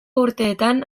urteetan